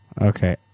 Okay